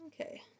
Okay